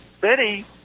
Betty